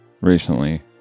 Recently